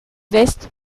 veste